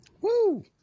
Woo